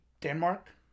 Denmark